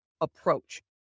Approach